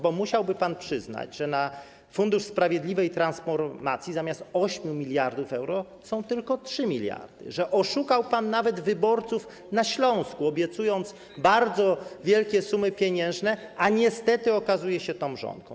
Bo musiałby pan przyznać, że na Fundusz Sprawiedliwej Transformacji zamiast 8 mld euro są tylko 3 mld, że oszukał pan nawet wyborców na Śląsku, obiecując bardzo wielkie sumy pieniężne, a niestety okazuje się to mrzonką.